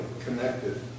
connected